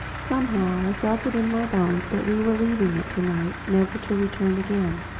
somehow i felt it in my bones that we were leaving it to-night never to return again.